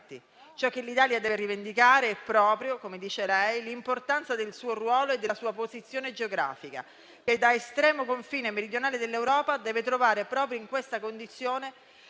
ciò che l'Italia deve rivendicare è proprio, come dice lei, l'importanza del suo ruolo e della sua posizione geografica, che da estremo confine meridionale dell'Europa deve trovare proprio in questa condizione